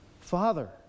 Father